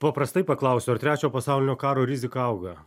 paprastai paklausiu ar trečio pasaulinio karo rizika auga